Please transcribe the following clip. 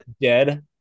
dead